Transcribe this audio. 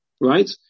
Right